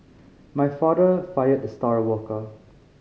my father fired the star worker